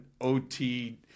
OT